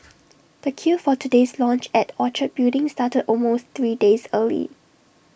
the queue for today's launch at Orchard building started almost three days early